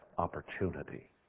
opportunity